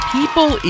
People